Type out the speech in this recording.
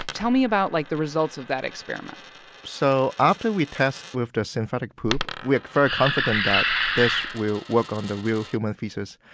tell me about like the results of that experiment so after we test with the synthetic poop, we are very confident that this will work on the real human feces.